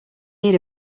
need